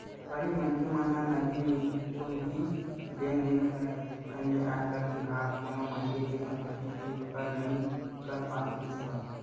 पहिली मनखे मन ह नगदी रुप ही लेन देन करय जेखर ले आयकर बिभाग कोनो मनखे के संपति के पकड़ नइ कर पात रिहिस हवय